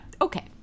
Okay